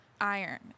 iron